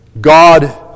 God